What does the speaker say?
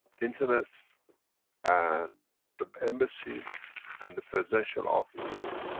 internet and the embassies and the presidential offices.